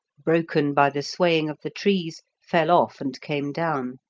broken by the swaying of the trees, fell off and came down.